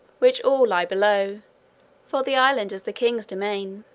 which all lie below for the island is the king's demesne.